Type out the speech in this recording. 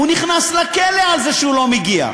הוא נכנס לכלא על זה שהוא לא מגיע,